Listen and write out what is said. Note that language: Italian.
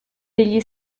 degli